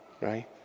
right